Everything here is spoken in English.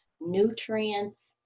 nutrients